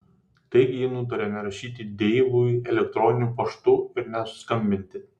taigi ji nutarė nerašyti deivui elektroniniu paštu ir neskambinti